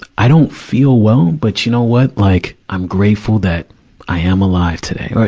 i don't feel well, but you know what? like, i'm grateful that i am alive today. or,